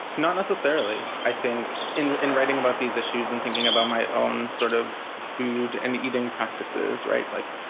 not necessarily. i think in in writing about these issues and thinking about my own sort of food and eating practices. right. like,